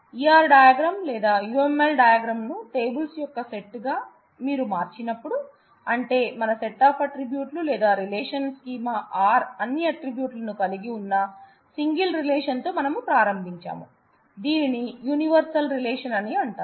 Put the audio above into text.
ER diagram లేదా UML diagram ను tables యొక్క సెట్ గా మీరు మార్చినప్పుడు అంటే మన సెట్ ఆఫ్ ఆట్రిబ్యూట్ లు లేదా రిలేషనల్ స్కీమా R ని అన్ని ఆట్రిబ్యూట్ లను కలిగి ఉన్న సింగిల్ రిలేషన్ తో మనం ప్రారంభించాం దీనిని యూనివర్సల్ రిలేషన్ అని అంటారు